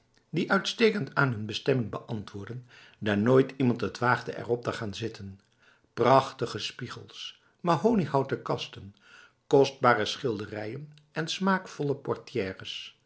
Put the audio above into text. die uitstekend aan hun bestemming beantwoordden daar nooit iemand het waagde erop te gaan zitten prachtige spiegels mahoniehouten kasten kostbare schilderijen en smaakvolle portières